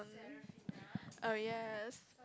oh yes